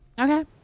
Okay